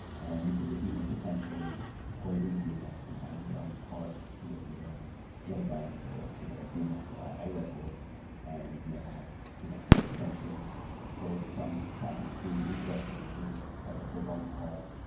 and you could even potentially poison the dns and add your own pod to a given load balance, or to a dns a record and yeah have you know but potentially cause some traffic to be redirected to ah the wrong pod,